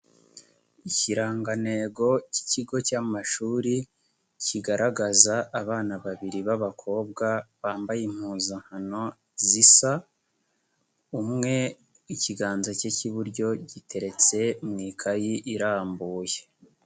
Ikirangantego k'ikigo cy'amashuri, kigaragaza abana babiri b'abakobwa bambaye impuzankano zisa, umwe ikiganza cye k'iburyo giteretse mu ikayi irambuye.